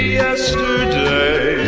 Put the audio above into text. yesterday